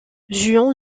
juan